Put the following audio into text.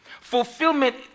Fulfillment